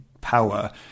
power